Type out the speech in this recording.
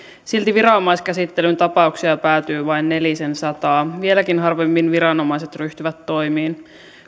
silti viranomaiskäsittelyyn tapauksia päätyy vain nelisensataa vieläkin harvemmin viranomaiset ryhtyvät toimiin